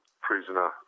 prisoner